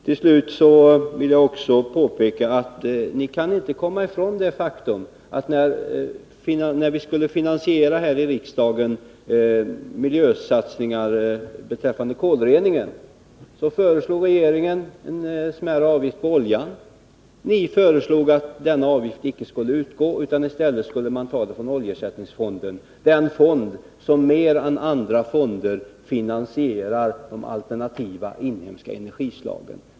Till slut vill jag påpeka att ni inte kan komma ifrån det faktum att när vi i riksdagen skulle finansiera miljösatsningar beträffande kolreningen föreslog regeringen en smärre avgift på oljan. Ni föreslog att den avgiften inte skulle utgå utan att man i stället skulle ta medel ur oljeersättningsfonden, den fond som mer än andra finansierar de alternativa inhemska energislagen.